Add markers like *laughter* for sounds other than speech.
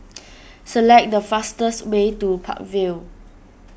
*noise* select the fastest way to Park Vale